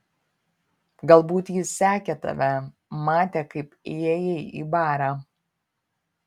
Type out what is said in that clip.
galbūt jis sekė tave matė kaip įėjai į barą